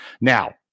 Now